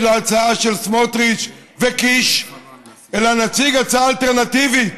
להצעה של סמוטריץ וקיש אלא נציג הצעה אלטרנטיבית